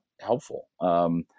helpful